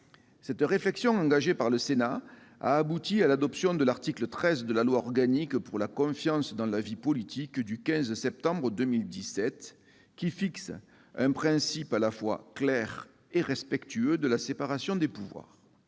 Cette réflexion engagée par le Sénat a abouti à l'adoption de l'article 13 de la loi organique du 15 septembre 2017 pour la confiance dans la vie politique, qui fixe un principe à la fois clair et respectueux de la séparation des pouvoirs